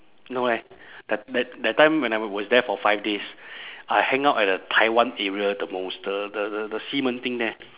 no leh that that that time when I was there for five days I hang out at the taiwan area the most the the the the 西门町 there